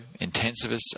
intensivists